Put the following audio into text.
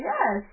Yes